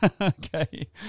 Okay